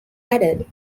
added